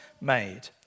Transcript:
made